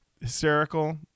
Hysterical